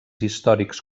històrics